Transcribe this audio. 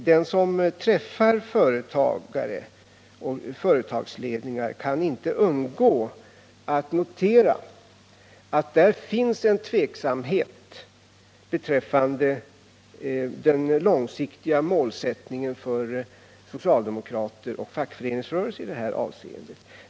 Den som träffar företagare och företagsrepresentanter kan inte undgå att notera att det finns en tveksamhet med vad som gäller beträffande den långsiktiga målsättningen för socialdemokrater och fackföreningsrörelse i det här avseendet.